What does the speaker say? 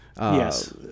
Yes